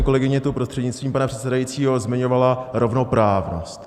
Paní kolegyně tu, prostřednictvím pana předsedajícího, zmiňovala rovnoprávnost.